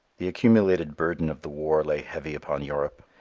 the accumulated burden of the war lay heavy upon europe.